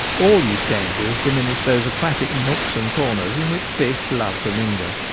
all these changes diminish those aquatic nooks and corners in which fish love to linger.